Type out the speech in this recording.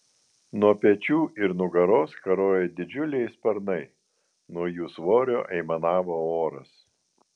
nuo pečių ir nugaros karojo didžiuliai sparnai nuo jų svorio aimanavo oras